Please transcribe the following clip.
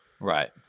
Right